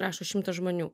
rašo šimtas žmonių